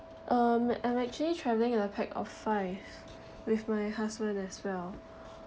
um I'm actually traveling a pack of five with my husband as well